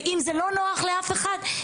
ואם זה לא נוח לאף אחד,